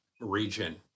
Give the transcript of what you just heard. region